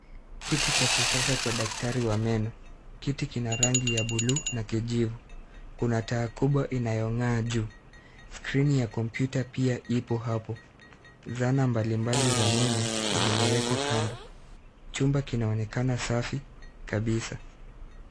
Kiti cha kisasa cha daktari wa meno. Kiti kina rangi ya buluu na kijivu. Kuna taa kubwa inayong'aa juu. Skrini ya kompyuta pia iko hapo. Dhana mbalimbali za meno zimewekwa kando. Chumba kinaonekana safi kabisa.